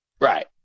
Right